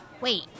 Wait